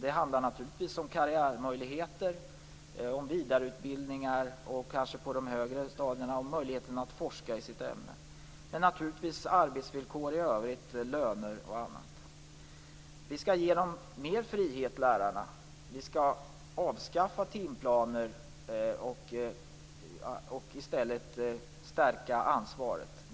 Det handlar naturligtvis om karriärmöjligheter, vidareutbildningar och på de högre stadierna möjligheter att forska i det egna ämnet men naturligtvis också arbetsvillkor i övrigt, löner och annat. Vi skall ge lärarna mer frihet. Vi skall avskaffa timplaner och i stället stärka ansvaret.